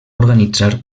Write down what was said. organitzar